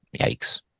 yikes